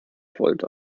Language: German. volt